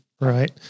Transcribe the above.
Right